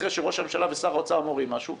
אחרי שראש הממשלה ושר האוצר מורים משהו,